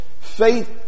Faith